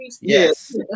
Yes